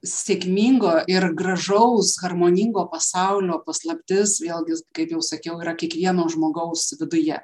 sėkmingo ir gražaus harmoningo pasaulio paslaptis vėlgi kaip jau sakiau yra kiekvieno žmogaus viduje